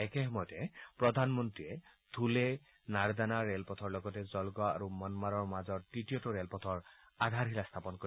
একেসময়তে প্ৰধানমন্ত্ৰীয়ে ধুলে নৰদানা ৰেলপথৰ লগতে জলগাঁও আৰু মনমাড্ৰ মাজৰ তৃতীয়টো ৰেলপথৰ আধাৰশিলা স্থাপন কৰিব